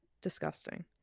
disgusting